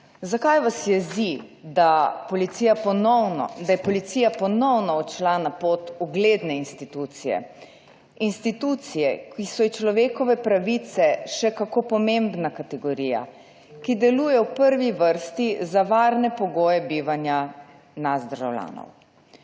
ponovno, da je policija ponovno odšla na pot ugledne institucije, institucije, ki so ji človekove pravice še kako pomembna kategorija, ki deluje v prvi vrsti za varne pogoje bivanja nas državljanov